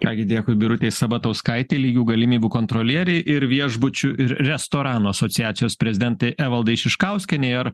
ką gi dėkui birutei sabatauskaitei lygių galimybių kontrolierei ir viešbučių ir restoranų asociacijos prezidentei evaldai šiškauskienei ar